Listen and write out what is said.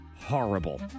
horrible